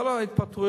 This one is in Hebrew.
בעיה.